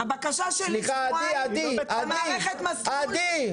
הבקשה שלי שבועיים במערכת מסלול --- עדי.